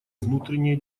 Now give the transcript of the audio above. внутренние